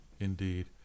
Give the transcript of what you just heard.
indeed